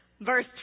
verse